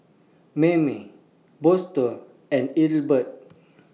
Mayme Boston and Ethelbert